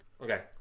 Okay